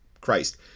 Christ